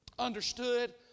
understood